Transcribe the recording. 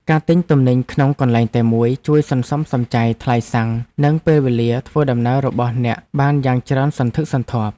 ការទិញទំនិញក្នុងកន្លែងតែមួយជួយសន្សំសំចៃថ្លៃសាំងនិងពេលវេលាធ្វើដំណើររបស់អ្នកបានយ៉ាងច្រើនសន្ធឹកសន្ធាប់។